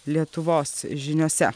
lietuvos žiniose